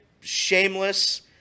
shameless